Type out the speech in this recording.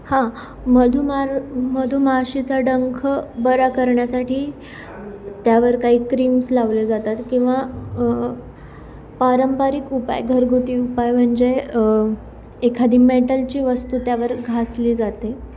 हां मधुमार मधमाशीचा डंख बरा करण्यासाठी त्यावर काही क्रीम्स लावले जातात किंवा पारंपरिक उपाय घरगुती उपाय म्हणजे एखादी मेटलची वस्तू त्यावर घासली जाते